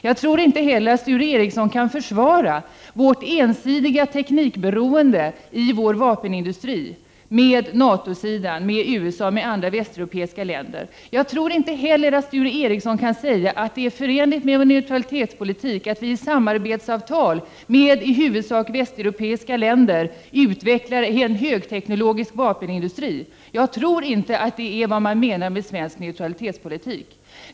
Jag tror inte heller att Sture Ericson kan försvara vårt ensidiga teknikberoende i fråga om vår vapenindustri. Det gäller då NATO-sidan, USA och en del västeuropeiska länder. Dessutom tror jag inte att Sture Ericson kan säga att det är förenligt med vår neutralitetspolitik att vi i samarbetsavtal med i huvudsak västeuropeiska länder utvecklar en högteknologisk vapenindustri — jag tror inte att det är vad man menar med svensk neutralitetspolitik.